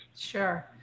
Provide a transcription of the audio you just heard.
Sure